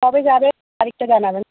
কবে যাবেন তারিখটা জানাবেন